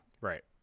Right